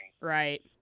Right